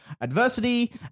adversity